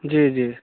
जी जी